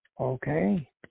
okay